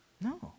No